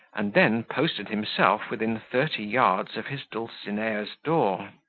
and then posted himself within thirty yards of his dulcinea's door.